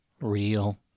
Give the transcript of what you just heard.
real